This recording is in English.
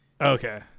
Okay